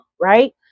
right